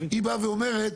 היא באה ואומרת,